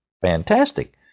Fantastic